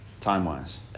time-wise